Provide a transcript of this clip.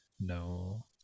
No